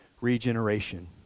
regeneration